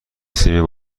سیم